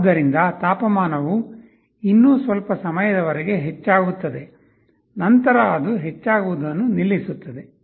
ಆದ್ದರಿಂದ ತಾಪಮಾನವು ಇನ್ನೂ ಸ್ವಲ್ಪ ಸಮಯದವರೆಗೆ ಹೆಚ್ಚಾಗುತ್ತದೆ ನಂತರ ಅದು ಹೆಚ್ಚಾಗುವುದನ್ನು ನಿಲ್ಲಿಸುತ್ತದೆ